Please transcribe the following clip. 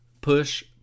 push